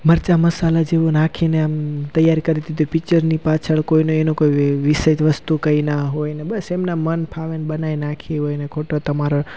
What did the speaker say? મરચાં મસાલા જેવું નાંખીને આમ તૈયાર કરી દીધી પિક્ચરની પાછળ કોઈનો એનો કોઈ વિષય વસ્તુ કંઈ ના હોયને બસ એમના મન ફાવેને બનાવી નાંખી હોયને ખોટો તમારો